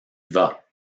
vas